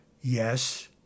Yes